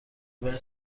باید